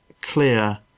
clear